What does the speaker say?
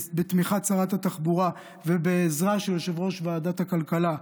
בתמיכת שרת התחבורה ובעזרה של יושב-ראש ועדת הכלכלה,